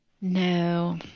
No